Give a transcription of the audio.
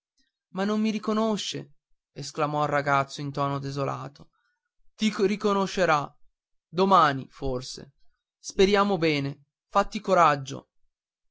ma non mi riconosce esclamò il ragazzo in tuono desolato ti riconoscerà domani forse speriamo bene fatti coraggio